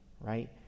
right